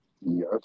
Yes